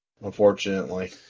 unfortunately